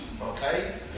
Okay